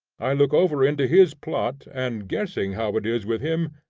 i look over into his plot, and, guessing how it is with him,